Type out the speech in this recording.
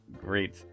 Great